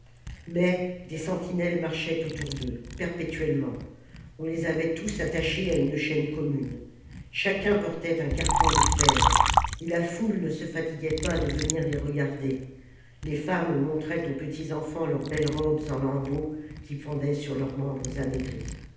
mais des sentinelles marchaient autour d'eux perpétuellement on les avait tous attachés à une chaîne commune chacun portait un carcan de fer et la foule ne se fatiguait pas de venu les regarder les femmes montraient aux petits enfants leurs belles robes en lambeaux qui pendaient sur leurs membres amaigris